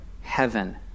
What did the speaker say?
heaven